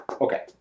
Okay